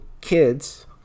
kids